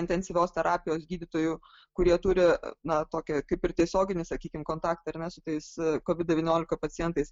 intensyvios terapijos gydytojų kurie turi na tokį kaip ir tiesioginį sakykim kontaktą ar ne su tais covid devyniolika pacientais